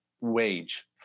wage